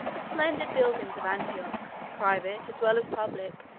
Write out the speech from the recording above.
the splendid buildings of antioch, private as well as public,